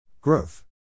Growth